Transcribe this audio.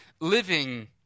living